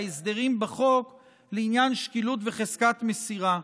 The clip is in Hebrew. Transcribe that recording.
ההסדרים בחוק לעניין שקילות וחזקת מסירה.